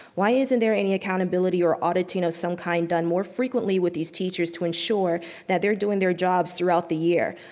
why isn't there any accountability or auditing of some kind done more frequently with these teachers to ensure that they're doing their jobs throughout the year?